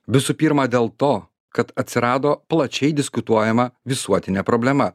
visų pirma dėl to kad atsirado plačiai diskutuojama visuotinė problema